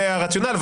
זה הרציונל.